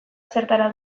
zertara